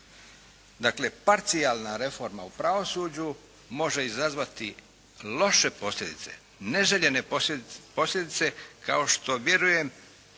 Dakle parcijalna reforma u pravosuđu može izazvati loše posljedice, neželjene posljedice kao što vjerujem